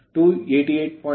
7 ಕೋನ 03